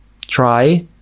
try